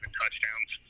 touchdowns